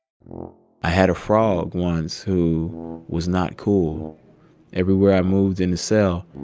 i had a frog once who was not cool everywhere i moved in the cell,